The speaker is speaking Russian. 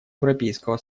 европейского